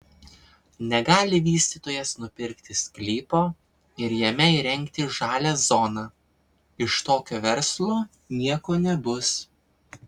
negali vystytojas nupirkti sklypo ir jame įrengti žalią zoną iš tokio verslo nieko nebus